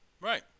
Right